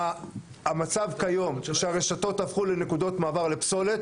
המצב כיום שהרשתות הפכו לנקודות מעבר לפסולת.